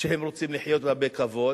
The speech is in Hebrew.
שהם רוצים לחיות בה בכבוד.